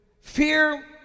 Fear